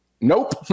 nope